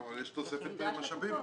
אבל יש תוספת משאבים.